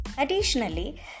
Additionally